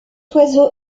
oiseau